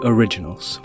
Originals